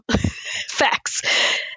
Facts